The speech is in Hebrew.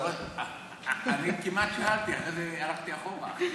אני כמעט, אחרי זה הלכתי אחורה.